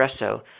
espresso